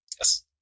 Yes